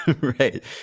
right